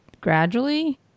gradually